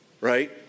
right